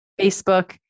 Facebook